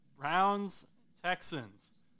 Browns-Texans